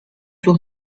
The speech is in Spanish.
sus